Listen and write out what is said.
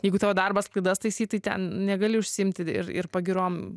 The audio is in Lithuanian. jeigu tavo darbas klaidas taisyt tai ten negali užsiimti ir ir pagiriom